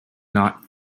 not